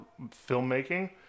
filmmaking